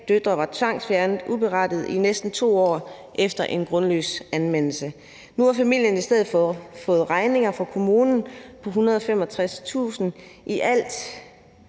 tre døtre var tvangsfjernet uberettiget i næsten 2 år efter en grundløs anmeldelse. Nu har familien i stedet for fået regninger fra kommunen på 165.000 kr.